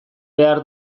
behar